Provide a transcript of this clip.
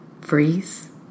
Freeze